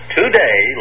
today